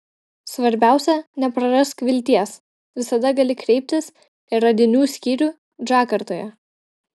svarbiausia neprarask vilties visada gali kreiptis į radinių skyrių džakartoje